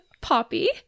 Poppy